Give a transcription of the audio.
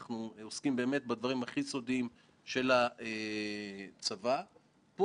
עם הרשאה לקבל חומרים סודיים שגם שייכים למגזר הציבורי.